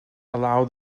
allows